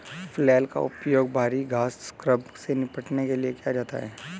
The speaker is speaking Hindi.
फ्लैल का उपयोग भारी घास स्क्रब से निपटने के लिए किया जाता है